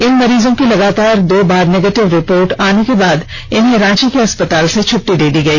इन मरीजों की लगातार दो बार निगेटिव रिपोर्ट आने के बाद इन्हें रांची के अस्पताल से छुट्टी दे दी गई